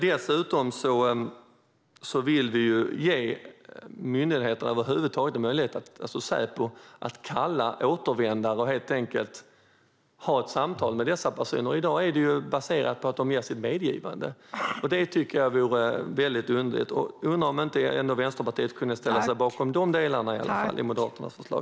Dessutom vill vi ge Säpo en möjlighet att kalla återvändare för att helt enkelt ha ett samtal med dessa personer. I dag är det ju baserat på att de ger sitt medgivande, vilket jag tycker är väldigt underligt. Jag undrar om inte Vänsterpartiet i alla fall skulle kunna ställa sig bakom dessa delar i Moderaternas förslag.